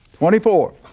twenty four.